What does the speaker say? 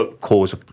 cause